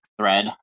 thread